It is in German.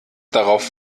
darauf